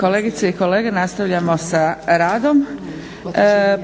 Kolegice i kolege nastavljamo sa radom.